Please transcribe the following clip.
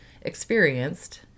experienced